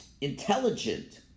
intelligent